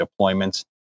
deployments